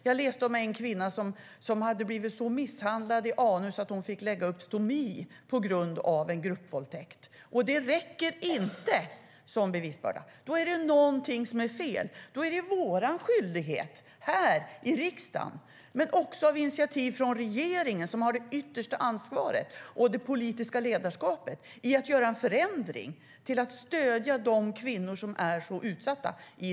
Jag läste om en kvinna som hade blivit så misshandlad i anus att hon fick ha stomi på grund av en gruppvåldtäkt, men det räcker inte som bevis. Då är det någonting som är fel. Det är vår skyldighet att göra något här i riksdagen. Men det behövs också initiativ från regeringen - som har det yttersta ansvaret och det politiska ledarskapet - till en förändring för att stödja de kvinnor som är så utsatta.